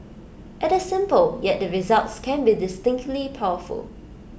IT is simple yet the results can be distinctly powerful